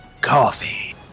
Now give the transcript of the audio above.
coffee